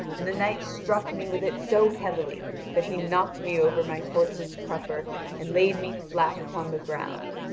and the knight struck me with it so heavily that he knocked me over my horse's crupper and laid me flat upon the ground,